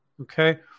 Okay